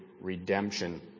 redemption